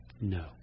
no